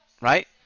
right